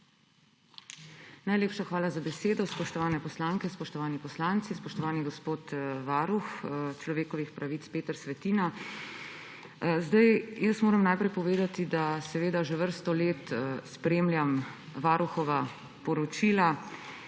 Najlepša hvala za besedo. Spoštovane poslanke, spoštovani poslanci, spoštovani gospod varuh človekovih pravic Peter Svetina! Najprej moram povedati, da že vrsto let spremljam varuhova poročila,